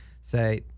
say